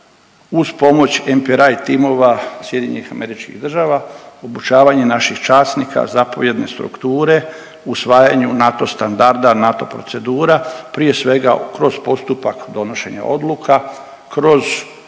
uz pomoć MPRI timova SAD-a, obučavanje naših časnika, zapovjedne strukture, usvajanju NATO standarda, NATO procedura, prije svega kroz postupak donošenja odluka kroz